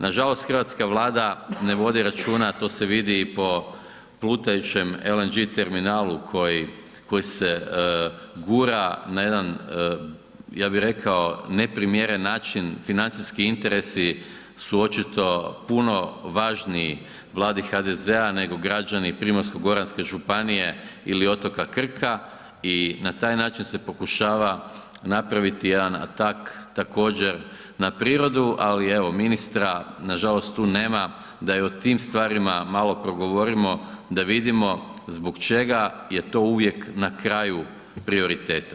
Nažalost hrvatska vlada ne vodi računa, a to se vidi i po plutajućem LNG terminalu koji se, koji se gura na jedan ja bih rekao neprimjeren način, financijski interesi su očito puno važniji Vladi HDZ-a nego građani Primorsko-goranske županije ili otoka Krka i na taj način se pokušava napraviti jedan atak također na prirodu, ali evo ministra nažalost tu nema da i o tim stvarima malo progovorimo da vidimo zbog čega je to uvijek na kraju prioriteta.